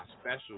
special